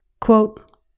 Quote